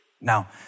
Now